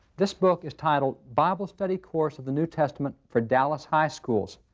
this book is titled, bible study course of the new testament for dallas high schools.